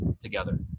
together